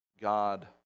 God